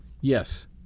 Yes